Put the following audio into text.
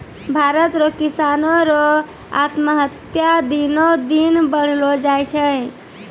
भारत रो किसानो रो आत्महत्या दिनो दिन बढ़लो जाय छै